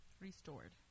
Restored